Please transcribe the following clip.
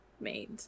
made